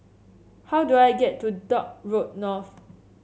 how do I get to Dock Road North